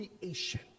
creation